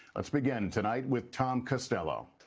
let's begin tonight with tom costello.